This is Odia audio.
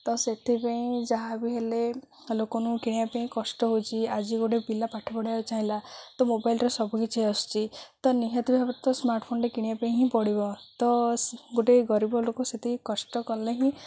ତ ସେଥିପାଇଁ ଯାହାବି ହେଲେ ଲୋକମାନଙ୍କୁ କିଣିବା ପାଇଁ କଷ୍ଟ ହେଉଛି ଆଜି ଗୋଟେ ପିଲା ପାଠ ପଢ଼ାଇବାକୁ ଚାହିଁଲା ତ ମୋବାଇଲ୍ରେ ସବୁ କିଛି ଆସୁଛି ତ ନିହାତି ଭାବରେ ତ ସ୍ମାର୍ଟଫୋନ୍ଟା କିଣିବା ପାଇଁ ହିଁ ପଡ଼ିବ ତ ଗୋଟେ ଗରିବ ଲୋକ ସେତିକି କଷ୍ଟ କଲେ ହିଁ